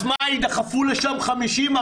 אז מה, יידחפו לשם 50 אנשים?